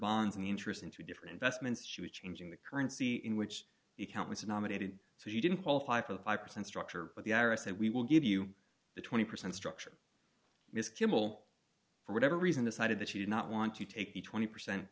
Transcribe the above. bonds in the interest in two different investments she was changing the currency in which the count was nominated so she didn't qualify for the five percent structure but the ira said we will give you the twenty percent structure miss kimble for whatever reason decided that she did not want to take the twenty percent